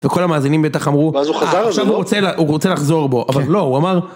וכל המאזינים בטח אמרו, עכשיו הוא רוצה לחזור בו, אבל לא, הוא אמר...